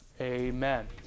amen